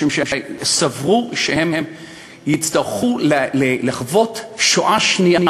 משום שסברו שהם יצטרכו לחוות שואה שנייה